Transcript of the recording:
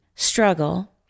struggle